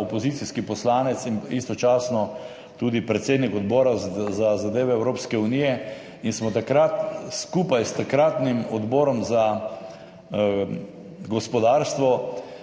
opozicijski poslanec in istočasno tudi predsednik Odbora za zadeve Evropske unije, takrat skupaj s takratnim odborom za gospodarstvo